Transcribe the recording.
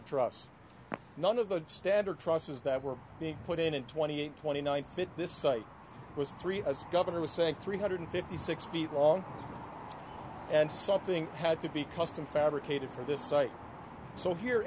of truss none of the standard trusses that were being put in and twenty eight twenty nine fit this site was a three as governor was saying three hundred fifty six feet long and something had to be custom fabricated for this site so here